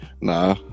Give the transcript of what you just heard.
Nah